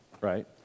right